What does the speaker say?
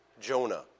Jonah